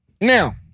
Now